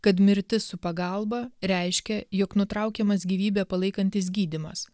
kad mirtis su pagalba reiškia jog nutraukiamas gyvybę palaikantis gydymas